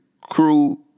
crew